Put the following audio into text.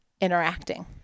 interacting